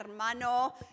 hermano